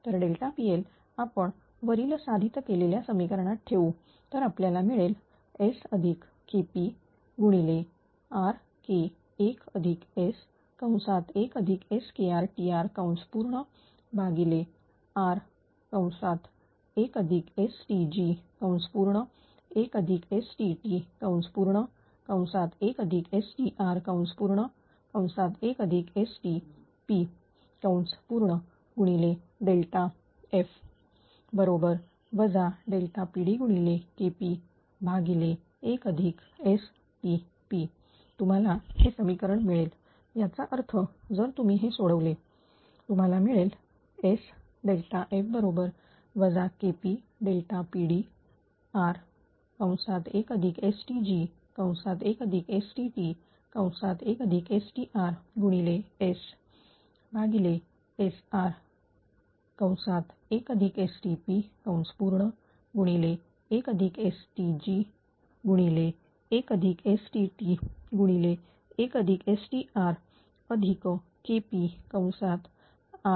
तर PL आपण वरील साधित केलेल्या समीकरणात ठेवू तर आपल्याला मिळेल SKPRK1S1SKrTrR1STg1STt1STr1STpF Pd KP1STP तुम्हाला हे समीकरण मिळेल बरोबर याचा अर्थ जर तुम्ही हे सोडवले तुम्हाला मिळेल SF KPPd R1STg1STt1STrSSR1STp1STt1STg1STrKPRKtS1SKrTr तर FSSs0sF0